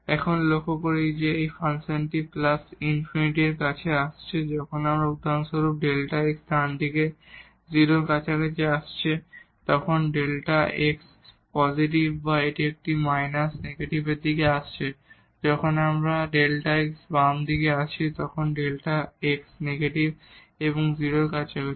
এখন আমরা লক্ষ্য করি যে এখানে এই ফাংশনটি প্লাস ∞ এর কাছে আসছে যখন উদাহরণস্বরূপ Δ x ডান দিক থেকে 0 এর কাছাকাছি আসছে যখন Δ x পসিটিভ বা এটি যখন ∞ এর দিকে আসছে যখন এই Δ x আমরা বাম দিক থেকে আসছি তখন Δ x নেগেটিভ এবং 0 এর কাছাকাছি